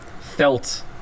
felt